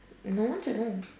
no one's at home